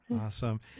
Awesome